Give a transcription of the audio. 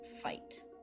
fight